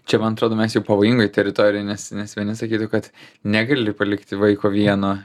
čia man atrodo mes jau pavojingoj teritorijoj nes nes vieni sakytų kad negali palikti vaiko vieno